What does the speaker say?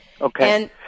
Okay